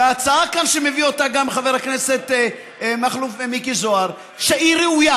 וההצעה שמביא כאן גם חבר הכנסת מכלוף מיקי זוהר היא ראויה,